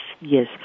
Yes